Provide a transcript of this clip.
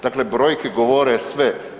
Dakle, brojke govore sve.